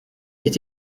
est